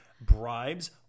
bribes